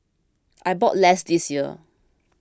I bought less this year